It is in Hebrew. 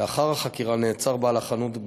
לאחר החקירה נעצר בעל החנות,